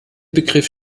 begriff